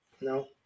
No